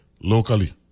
locally